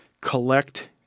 collect